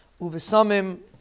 Uvesamim